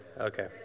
Okay